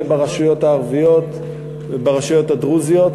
וברשויות הערביות וברשויות הדרוזיות,